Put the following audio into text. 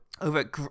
over